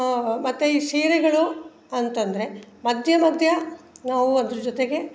ಮತ್ತು ಈ ಸೀರೆಗಳು ಅಂತ ಅಂದ್ರೆ ಮಧ್ಯೆ ಮಧ್ಯೆ ನಾವು ಅದ್ರ ಜೊತೆಗೆ